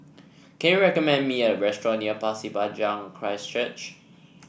can you recommend me a restaurant near Pasir Panjang Christ Church